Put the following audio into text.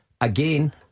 Again